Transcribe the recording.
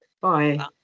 Bye